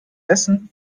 essen